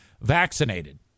vaccinated